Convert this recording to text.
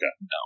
No